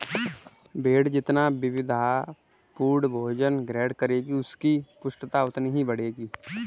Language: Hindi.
भेंड़ जितना विविधतापूर्ण भोजन ग्रहण करेगी, उसकी पुष्टता उतनी ही बढ़ेगी